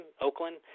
Oakland